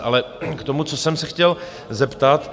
Ale k tomu, na co jsem se chtěl zeptat.